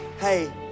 Hey